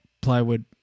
Plywood